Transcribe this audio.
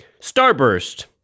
Starburst